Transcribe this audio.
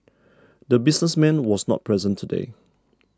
the businessman was not present today